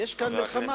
יש כאן מלחמה,